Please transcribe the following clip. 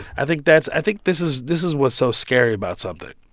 i think that's i think this is this is what's so scary about something,